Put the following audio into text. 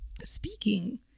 Speaking